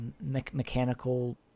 mechanical